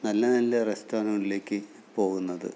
നല്ല നല്ല റെസ്റ്റോറൻറ്റിലേക്ക് പോകുന്നത്